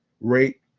rate